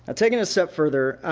ah take it a step further,